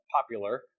popular